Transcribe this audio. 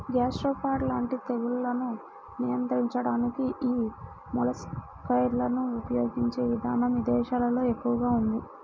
gastropod లాంటి తెగుళ్లను నియంత్రించడానికి యీ మొలస్సైడ్లను ఉపయిగించే ఇదానం ఇదేశాల్లో ఎక్కువగా ఉంది